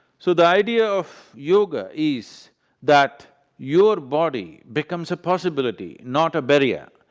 so the idea of yoga is that your body becomes a possibility, not a barrier.